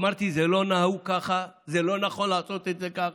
אמרתי: זה לא נהוג ככה, לא נכון לעשות את זה ככה.